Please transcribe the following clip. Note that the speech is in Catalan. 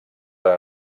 per